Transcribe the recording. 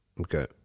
okay